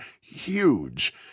huge